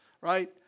right